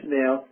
now